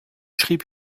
schrieb